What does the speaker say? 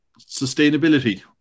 sustainability